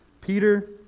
Peter